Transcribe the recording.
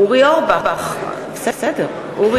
אינו